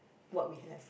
what we have